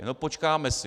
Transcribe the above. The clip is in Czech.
No, počkáme si.